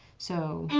so